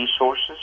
resources